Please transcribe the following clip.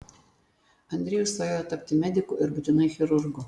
andrejus svajojo tapti mediku ir būtinai chirurgu